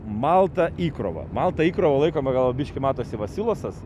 maltą įkrovą maltą įkrovą laikome gal biškį matosi va silosas